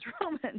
roman